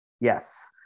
Yes